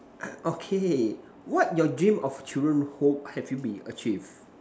uh okay what your dream of children hope have you be achieved